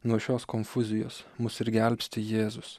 nuo šios konfuzijos mus ir gelbsti jėzus